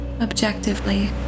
objectively